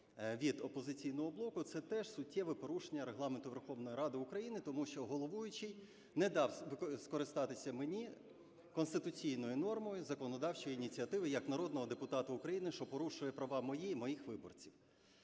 від "Опозиційного блоку", – це теж суттєве порушення Регламенту Верховної Ради України, тому що головуючий не дав скористатися мені конституційною нормою законодавчої ініціативи як народному депутату України, що порушує права мої і моїх виборців.